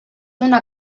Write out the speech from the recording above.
una